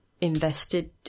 invested